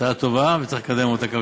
ההצעה טובה, וצריך לקדם אותה.